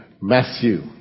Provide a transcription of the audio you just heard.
Matthew